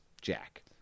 Jack